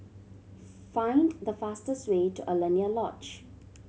find the fastest way to Alaunia Lodge